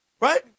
Right